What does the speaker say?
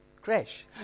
Crash